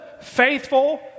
faithful